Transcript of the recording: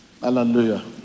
hallelujah